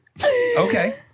Okay